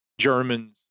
Germans